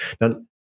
Now